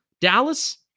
Dallas